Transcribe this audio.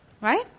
Right